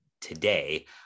today